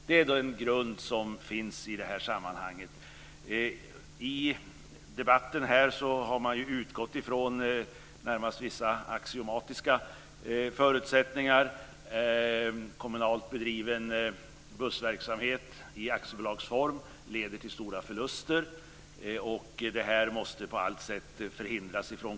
Det är en grund som finns i det här sammanhanget. I debatten har man utgått från vissa närmast axiomatiska förutsättningar. Kommunalt bedriven bussverksamhet i aktiebolagsform leder till stora förluster och måste på allt sätt förhindras.